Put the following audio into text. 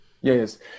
Yes